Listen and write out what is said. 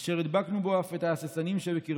אשר הדבקנו בו אף את ההססנים שבקרבנו,